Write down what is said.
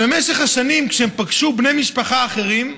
אבל במשך השנים, כשהם פגשו בני משפחה אחרים,